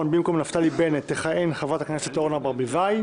במקום נפתלי בנט תכהן חברת הכנסת אורנה ברביבאי,